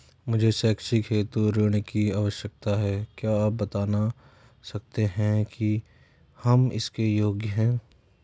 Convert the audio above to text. मुझे शैक्षिक हेतु ऋण की आवश्यकता है क्या आप बताना सकते हैं कि हम इसके योग्य हैं?